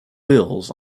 bills